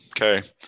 okay